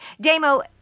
Demo